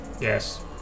Yes